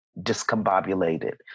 discombobulated